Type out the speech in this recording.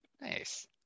Nice